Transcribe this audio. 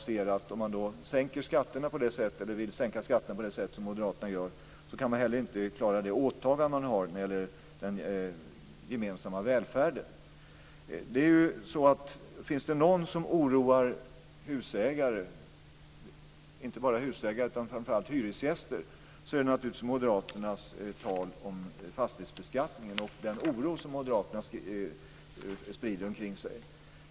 Vill man sänka skatterna på det sätt som moderaterna gör kan man inte heller klara de åtaganden vi har när det gäller den gemensamma välfärden. Finns det något som oroar husägare, och inte bara husägare utan framför allt hyresgäster, så är det naturligtvis moderaternas tal om fastighetsbeskattningen och den oro som moderaterna sprider omkring sig.